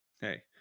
hey